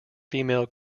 female